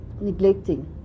neglecting